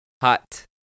Hot